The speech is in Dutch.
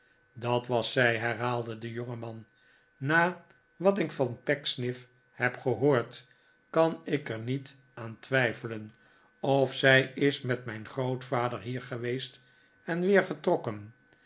dat was zij herhaalde de jongeman na wat ik van pecksniff heb gehoord kan ik er niet aan twijfelen of zij is met mijn grootvader hier geweest en weer